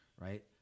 right